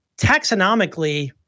taxonomically